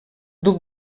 duc